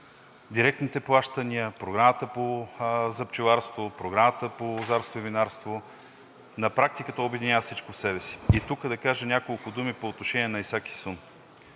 директните плащания, Програмата за пчеларството, Програмата по лозарство и винарство. На практика той обединява всичко в себе си. Тук да кажа няколко думи по отношение на ИСАК и ИСУН.